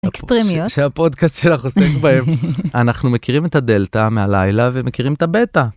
‫אקסטרימיות? ‫-שהפודקאסט שלך עוסק בהם. ‫אנחנו מכירים את הדלתא מהלילה ‫ומכירים את הבטא.